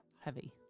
Heavy